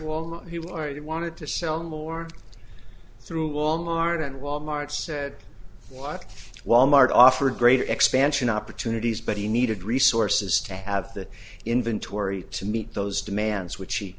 largely wanted to sell more through wal mart and wal mart said what wal mart offered greater expansion opportunities but he needed resources to have the inventory to meet those demands which he